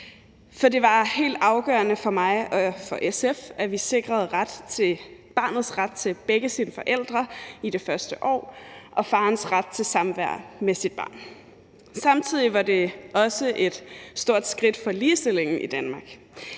af. Det var helt afgørende for mig og for SF, at vi sikrede barnets ret til begge dets forældre i det første år og farens ret til samvær med sit barn. Samtidig var det også et stort skridt for ligestillingen i Danmark,